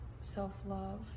self-love